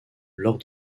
lors